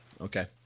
Okay